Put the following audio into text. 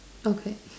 okay